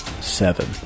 seven